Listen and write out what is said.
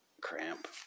cramp